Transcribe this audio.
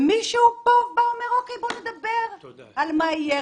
ומישהו אומר, בואו נדבר על מה יהיה.